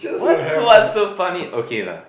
what's what's so funny okay lah